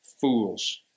fools